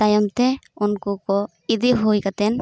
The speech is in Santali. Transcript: ᱛᱚᱭᱚᱢᱛᱮ ᱩᱱᱠᱩ ᱠᱚ ᱤᱫᱤ ᱦᱩᱭ ᱠᱟᱛᱮᱱ